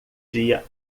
dia